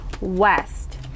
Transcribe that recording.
West